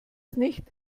nicht